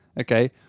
Okay